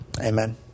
Amen